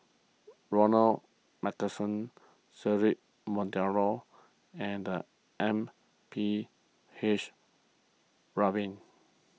Ronald MacPherson Cedric Monteiro and M P H Rubin